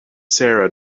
sarah